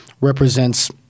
represents –